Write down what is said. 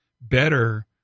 better